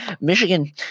Michigan